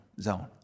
zone